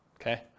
okay